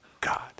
God